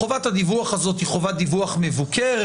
חובת הדיווח הזאת היא חובת דיווח מבוקרת.